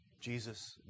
Jesus